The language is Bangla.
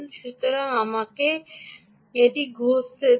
সুতরাং আমাকে এটি ঘষতে দিন